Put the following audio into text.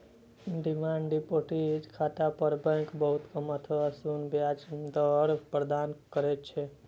demand deposit खाता पर bank बहुत कम अथवा शून्य ब्याज दर प्रदान करै छै